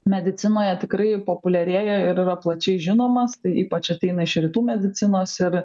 medicinoje tikrai populiarėja ir yra plačiai žinomas tai ypač ateina iš rytų medicinos ir